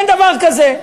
אין דבר כזה.